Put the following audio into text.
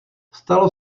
stalo